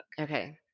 Okay